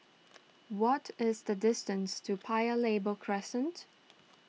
what is the distance to Paya Lebar Crescent